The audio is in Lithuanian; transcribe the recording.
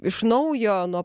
iš naujo nuo